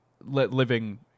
living